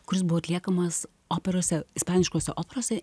kuris buvo atliekamas operose ispaniškose operose